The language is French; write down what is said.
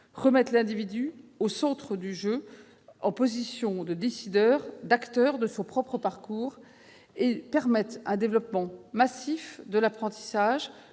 remettre l'individu au centre du jeu, en position de décideur, d'acteur de son propre parcours et permettre un développement massif de l'apprentissage,